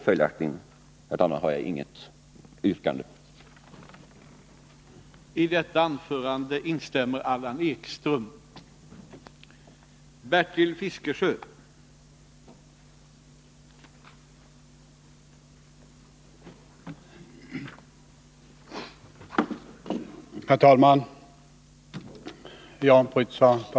Följaktligen har jag inget yrkande.